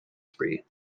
spree